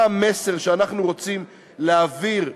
מה המסר שאנחנו רוצים להעביר,